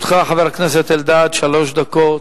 לרשותך, חבר הכנסת אלדד, שלוש דקות.